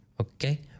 okay